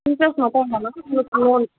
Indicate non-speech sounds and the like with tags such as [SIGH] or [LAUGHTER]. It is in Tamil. இன்ட்ரெஸ்ட் [UNINTELLIGIBLE] மேம் உங்களுக்கு லோன்